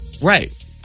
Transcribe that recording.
Right